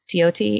TOT